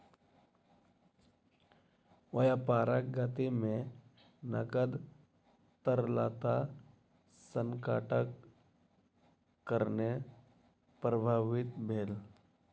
व्यापारक गति में नकद तरलता संकटक कारणेँ प्रभावित भेल